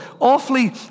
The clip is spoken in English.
awfully